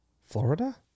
Florida